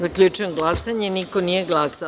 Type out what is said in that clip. Zaključujem glasanje: niko nije glasao.